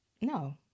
No